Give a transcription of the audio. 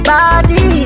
Body